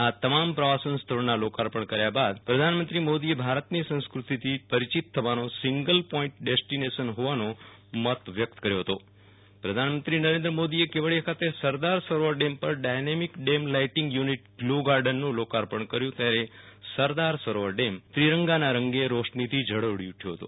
આ તમામ પ્રવાસન સ્થળોના લોકાર્પણ કર્યા બાદ પ્રધાનમંત્રી મોદીએ ભારતની સંસ્કૃતિથી પરિચીત થવાનો સિંગલ પોઈન્ટ ડેસ્ટીનેશન હોવાનો મંત વ્યક્ત કર્યો હતો પ્રધાનમંત્રી નરેન્દ્ર મોદીએ કેવડીયા ખાતે સરદાર સરોવર ડેમ પર ડાયનેમિક ડેમ લાઈટિંગ યુનિટ ગ્લોગાર્ડનું લોકાર્પણ કર્યું ત્યારે સરદાર સરોવર ડેમ ત્રીરંગના રંગે રોશનીથી ઝળ્હળી ઉઠ્ચો હતો